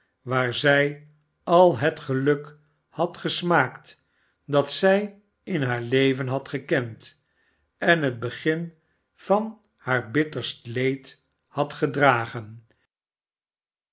waar zij al het geluk had gesmaakt dat zij in haar leven had gekend en het begin van haar bitterst leed had gedragen